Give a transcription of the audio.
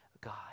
God